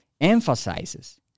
emphasizes